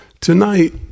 tonight